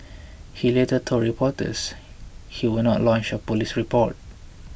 he later told reporters he would not lodge a police report